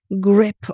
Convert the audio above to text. grip